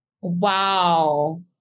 Wow